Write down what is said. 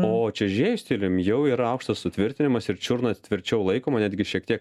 o čiuožėjo stilium jau yra aukštas sutvirtinimas ir čiurna tvirčiau laikoma netgi šiek tiek